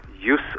use